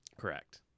Correct